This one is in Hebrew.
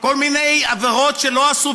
כל מיני עבירות שלא עשו,